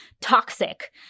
toxic